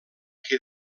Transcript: que